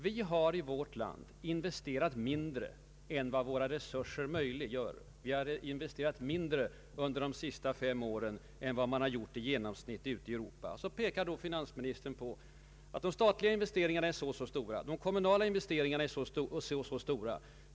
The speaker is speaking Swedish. Vi har i vårt land investerat mindre än våra resurser möjliggör. Vi har under de senaste fem åren investerat mindre än man genomsnittligt gjort ute i Europa. Då pekar finasministern på att de statliga investeringarna är så och så stora och att de kommunala investeringarna är så och så stora.